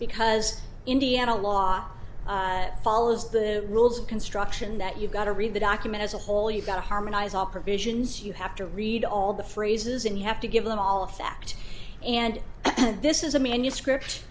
because indiana law follows the rules of construction that you've got to read the document as a whole you've got to harmonize all provisions you have to read all the phrases and you have to give them all a fact and this is a manuscript